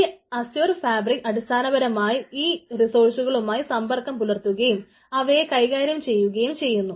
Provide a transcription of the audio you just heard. ഈ Azure fabric അടിസ്ഥാനപരമായി ഈ റിസോഴ്സുകളുമായി സമ്പർക്കം പുലർത്തുകയും അവയെ കൈകാര്യം ചെയ്യുകയും ചെയ്യുന്നു